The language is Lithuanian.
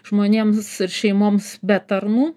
žmonėms ir šeimoms be tarnų